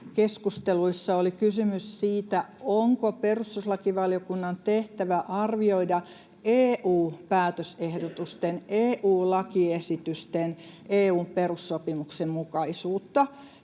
elvytyspakettikeskusteluissa oli kysymys siitä, onko perustuslakivaliokunnan tehtävä arvioida EU-päätösehdotusten ja EU-lakiesitysten EU:n perussopimuksen mukaisuutta,